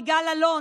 יגאל אלון,